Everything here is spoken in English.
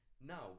Now